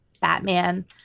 Batman